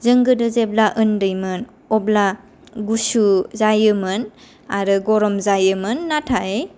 जों गोदो जेब्ला ओन्दैमोन अब्ला गुसु जायोमोन आरो गरम जायोमोन नाथाय